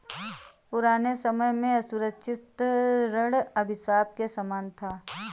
पुराने समय में असुरक्षित ऋण अभिशाप के समान था